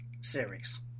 series